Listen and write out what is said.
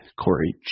Corey